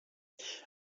have